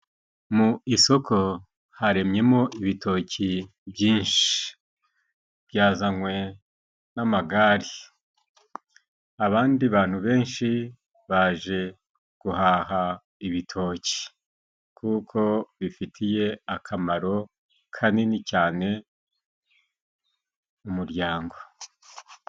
Mu isoko haremyemo ibitoki byinshi, byazanywe n'amagare, abandi bantu benshi baje guhaha ibitoki kuko bifitiye akamaro kanini cyane umuryango.